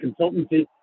consultancy